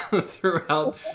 throughout